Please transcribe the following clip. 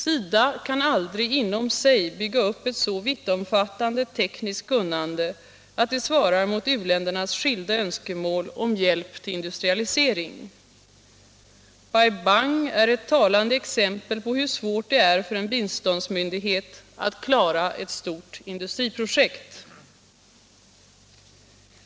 SIDA kan aldrig inom sig bygga upp ett så vittomfattande tekniskt kunnande att det svarar mot u-ländernas skilda önskemål om hjälp till industrialisering. Bai Bang är ett talande exempel på hur svårt det är för en biståndsmyndighet att klara ett stort industriprojekt.